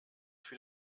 für